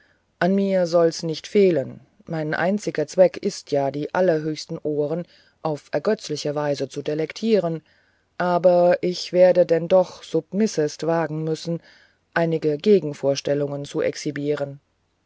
an mir soll es nicht fehlen mein einziger zweck ist ja die allerhöchsten ohren auf ergötzliche weise zu delektieren aber aber ich werde denn doch submissest wagen müssen einige gegenvorstellungen zu exhibieren